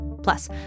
Plus